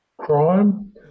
crime